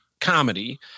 comedy